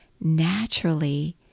naturally